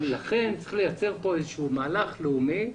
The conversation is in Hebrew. לכן צריך לייצר כאן איזשהו מהלך לאומי.